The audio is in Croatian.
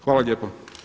Hvala lijepa.